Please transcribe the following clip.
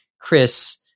Chris